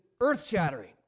earth-shattering